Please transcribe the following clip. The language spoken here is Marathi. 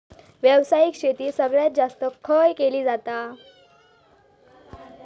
व्यावसायिक शेती सगळ्यात जास्त खय केली जाता?